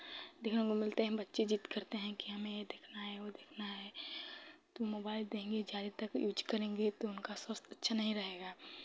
देखने को मिलते हैं बच्चे ज़िद करते हैं कि हमें ये देखना है वो देखना है तो मोबाइल देंगे ज़्यादे तक यूज़ करेंगे तो उनका स्वस्थ अच्छा नहीं रहेगा